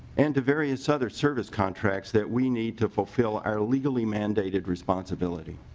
and to various other service contracts that we need to fulfill our legally mandated responsibility.